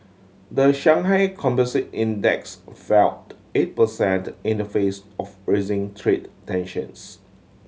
the Shanghai Composite Index fell eight percent in the face of raising trade tensions